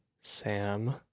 Sam